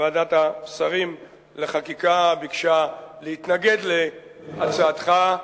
ועדת השרים לחקיקה, ביקשה להתנגד להצעתך,